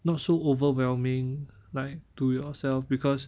not so overwhelming like to yourself because